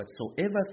whatsoever